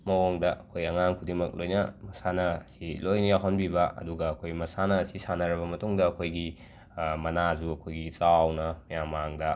ꯃꯋꯣꯡꯗ ꯑꯩꯈꯣꯏ ꯑꯉꯥꯡ ꯈꯨꯗꯤꯡꯃꯛ ꯂꯣꯏꯅ ꯃꯁꯥꯟꯅꯥꯁꯤ ꯂꯣꯏꯟ ꯌꯥꯎꯍꯟꯕꯤꯕ ꯑꯗꯨꯒ ꯑꯩꯈꯣꯏ ꯃꯁꯥꯟꯅ ꯑꯁꯤ ꯁꯥꯟꯅꯔꯕ ꯃꯇꯨꯡꯗ ꯑꯩꯈꯣꯏꯒꯤ ꯃꯅꯥꯖꯨ ꯑꯩꯈꯣꯏꯒꯤ ꯆꯥꯎꯅ ꯃꯌꯥꯝ ꯃꯥꯡꯗ